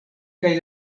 kaj